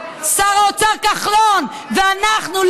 שר האוצר כחלון ואנחנו,